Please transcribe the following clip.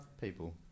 people